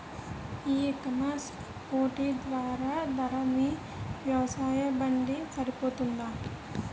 ఈ ecommerce platform ధర మీ వ్యవసాయ బడ్జెట్ సరిపోతుందా?